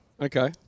Okay